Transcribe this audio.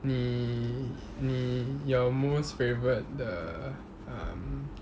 你你 your most favourite 的 um